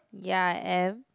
ya I am